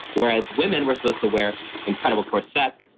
whereas women were supposed to wear incredible corsets,